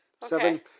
Seven